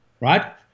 right